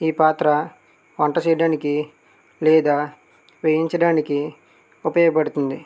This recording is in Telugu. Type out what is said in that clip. ఈ పాత్ర వంట చేయడానికి లేదా వేయించడానికి ఉపయోగపడుతుంది